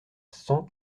cent